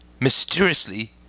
mysteriously